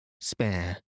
spare